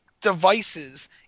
devices